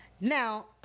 now